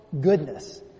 goodness